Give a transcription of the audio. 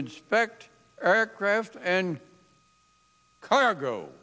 inspect aircraft and cargo